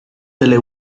delle